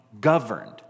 governed